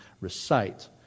recite